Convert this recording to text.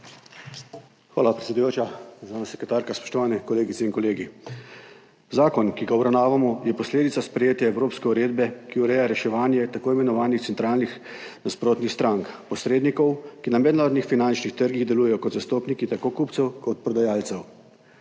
Hvala, predsedujoča. Državna sekretarka, spoštovane kolegice in kolegi! Zakon, ki ga obravnavamo, je posledica sprejetja Evropske uredbe, ki ureja reševanje tako imenovanih centralnih nasprotnih strank, posrednikov, ki na mednarodnih finančnih trgih delujejo kot zastopniki tako kupcev kot prodajalcev.